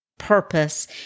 purpose